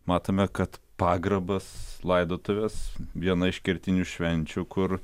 matome kad pagrabas laidotuvės viena iš kertinių švenčių kur